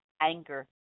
anger